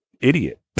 idiot